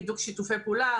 הידוק שיתופי פעולה,